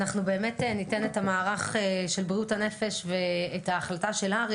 אנחנו באמת ניתן את המערך של בריאות הנפש ואת ההחלטה של הר"י